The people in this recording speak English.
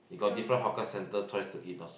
you got different hawker center choice to eat also